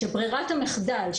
שברירת המחדל,